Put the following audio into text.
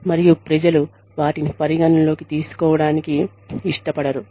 మరియు ప్రజలు వాటిని పరిగణనలోకి తీసుకోవడానికి ఇష్టపడరు